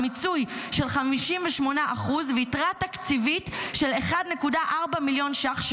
מיצוי של 58% ויתרה תקציבית של 1.4 מיליון שקלים.